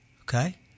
Okay